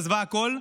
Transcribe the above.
עזבה הכול,